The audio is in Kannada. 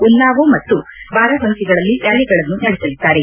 ಉನ್ನಾವೋ ಮತ್ತು ಬಾರಾಬಂಕಿಗಳಲ್ಲಿ ರ್ನಾಲಿಗಳನ್ನು ನಡೆಸಲಿದ್ದಾರೆ